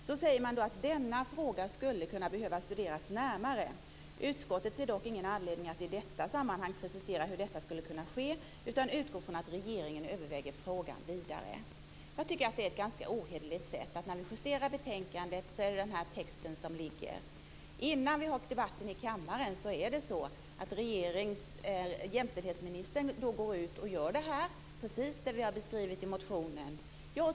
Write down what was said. Där står att denna fråga skulle behöva studeras närmare. Utskottet ser dock ingen anledning att i detta sammanhang precisera hur detta skulle kunna ske utan utgår från att regeringen överväger frågan vidare. Det här är ganska ohederligt. När betänkandet justeras är det denna text som föreligger, och innan vi har debatten i kammaren går jämställdhetsministern och gör precis det vi har beskrivit i motionen.